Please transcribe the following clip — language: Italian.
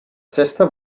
sesta